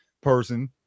person